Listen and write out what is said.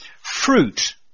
Fruit